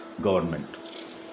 government